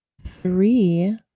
three